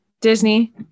Disney